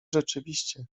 rzeczywiście